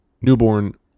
Newborn